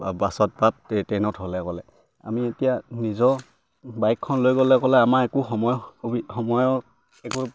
বাছত বা ট্ৰেইনত হ'লে ক'লে আমি এতিয়া নিজৰ বাইকখন লৈ গ'লে ক'লে আমাৰ একো সময় সময় একো